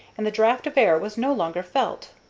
and the draught of air was no longer felt.